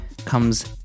Comes